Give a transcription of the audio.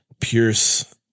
pierce